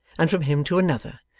and from him to another,